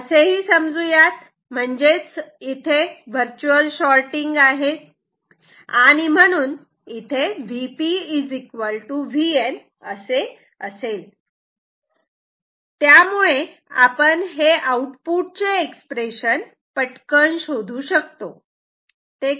असेही समजू यात म्हणजेच वर्च्युअल शॉटिंग आहे आणि म्हणून Vp Vn असेल त्यामुळे आपण हे आउटपुट चे एक्सप्रेशन पटकन शोधू शकतो ते कसे